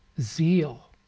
zeal